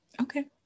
okay